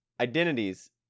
identities